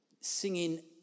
singing